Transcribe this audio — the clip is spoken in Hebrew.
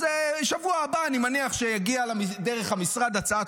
אז בשבוע הבא אני מניח שתגיע דרך המשרד הצעת